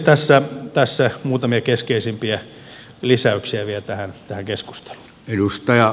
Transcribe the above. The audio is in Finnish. tässä muutamia keskeisimpiä lisäyksiä vielä tähän keskusteluun